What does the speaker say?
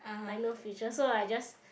like no future so I just